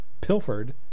pilfered